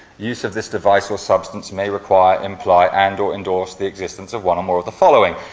use of this device with substance may require, imply, and or endorse the existence of one or more of the following.